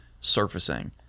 surfacing